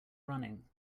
running